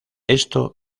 esto